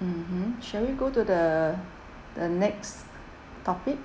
mmhmm shall we go to the the next topic